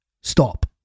stop